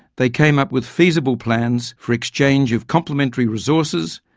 they came up with feasible plans for exchange of complementary resources,